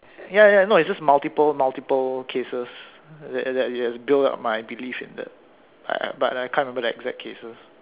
ya ya you no it's just multiple multiple cases that that has built up my belief in that but I I can't remember the exact cases